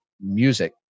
music